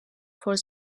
for